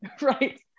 Right